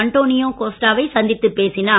Antonio கோஸ்டாவை சந்தித்துப் பேசினார்